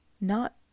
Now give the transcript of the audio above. Not